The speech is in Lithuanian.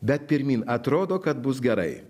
bet pirmyn atrodo kad bus gerai